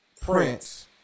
Prince